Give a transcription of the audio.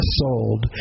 sold